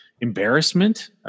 embarrassment